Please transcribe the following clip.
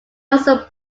also